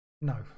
No